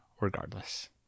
regardless